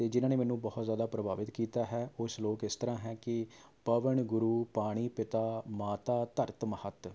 ਅਤੇ ਜਿਹਨਾਂ ਨੇ ਮੈਨੂੰ ਬਹੁਤ ਜ਼ਿਆਦਾ ਪ੍ਰਭਾਵਿਤ ਕੀਤਾ ਹੈ ਉਹ ਸਲੋਕ ਇਸ ਤਰ੍ਹਾਂ ਹੈ ਕਿ ਪਵਣੁ ਗੁਰੂ ਪਾਣੀ ਪਿਤਾ ਮਾਤਾ ਧਰਤਿ ਮਹਤੁ